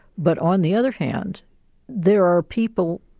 but on the other hand there are people,